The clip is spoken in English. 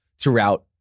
throughout